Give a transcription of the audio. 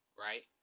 right